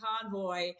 convoy